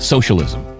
Socialism